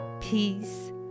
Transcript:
peace